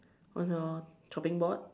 on your chopping board